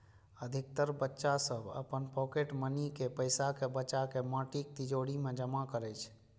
अधिकतर बच्चा सभ अपन पॉकेट मनी के पैसा कें बचाके माटिक तिजौरी मे जमा करै छै